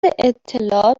اطلاع